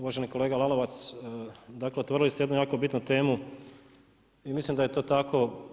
Uvaženi kolega Lalovac, otvorili ste jednu jako bitnu temu i mislim da je to tako.